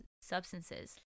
substances